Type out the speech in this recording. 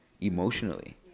emotionally